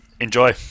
Enjoy